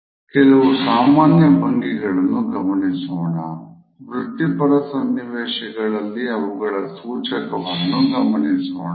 ಕೆಲವು ಸಾಮಾನ್ಯ ಭಂಗಿಗಳನ್ನು ಗಮನಿಸೋಣ ಹಾಗೂ ವೃತ್ತಿಪರ ಸನ್ನಿವೇಶಗಳಲ್ಲಿ ಅವುಗಳ ಸೂಚಕವನ್ನು ಗಮನಿಸೋಣ